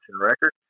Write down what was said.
record